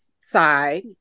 side